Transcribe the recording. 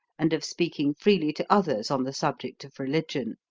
and of speaking freely to others on the subject of religion.